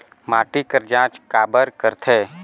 माटी कर जांच काबर करथे?